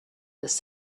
this